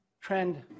trend